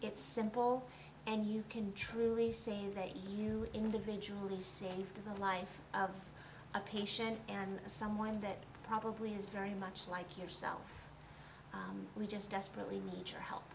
it's simple and you can truly say that you individually saved the life of a patient and someone that probably is very much like yourself we just desperately need your help